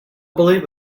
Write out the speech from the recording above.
believe